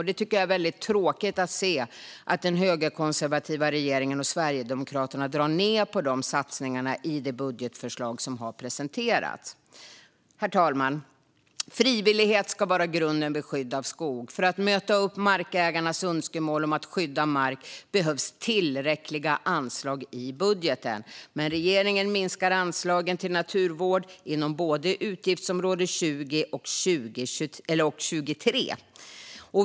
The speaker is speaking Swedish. Det är väldigt tråkigt att se att den högerkonservativa regeringen och Sverigedemokraterna drar ned på de satsningarna i det budgetförslag som har presenteras. Herr talman! Frivillighet ska vara grunden vid skydd av skog. För att möta upp markägares önskemål om att skydda mark behövs tillräckliga anslag i budgeten. Men regeringen minskar anslagen till naturvård inom både utgiftsområde 20 och 23.